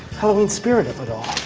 halloween spirit of it all.